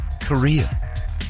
Korea